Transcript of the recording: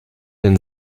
denn